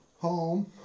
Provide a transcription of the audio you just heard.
Home